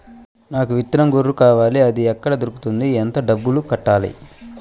నాకు విత్తనం గొర్రు కావాలి? అది ఎక్కడ దొరుకుతుంది? ఎంత డబ్బులు కట్టాలి?